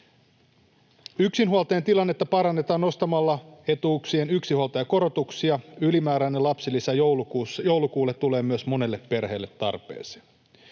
Yksinhuoltajien tilannetta parannetaan nostamalla etuuksien yksinhuoltajakorotuksia. Ylimääräinen lapsilisä joulukuulle tulee myös monelle perheelle tarpeeseen.